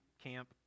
camp